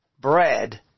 bread